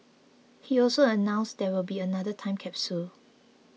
he also announced there will be another time capsule